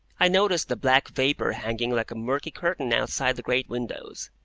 i noticed the black vapour hanging like a murky curtain outside the great windows,